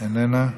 איננה,